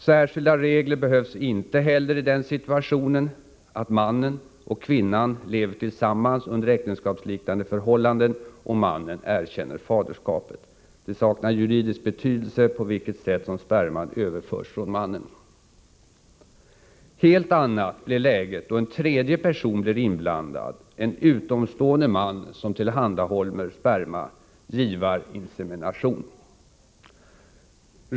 Särskilda regler behövs inte heller i den situationen att mannen och kvinnan lever tillsammans under äktenskapsliknande förhållanden och mannen erkänner faderskapet. Det saknar juridisk betydelse på vilket sätt som sperman överförs från mannen. Helt annat blir läget då en tredje person blir inblandad, en utomstående man som tillhandahåller sperma — givarinsemination.